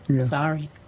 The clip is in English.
Sorry